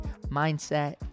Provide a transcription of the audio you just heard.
mindset